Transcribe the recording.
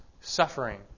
suffering